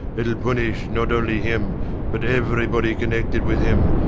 itll punish not only him but everybody connected with him,